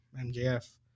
MJF